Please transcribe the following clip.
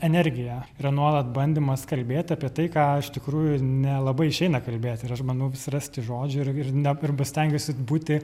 energija yra nuolat bandymas kalbėti apie tai ką iš tikrųjų nelabai išeina kalbėti ir aš bandau vis rasti žodžių ir ir ne arba stengiuosi būti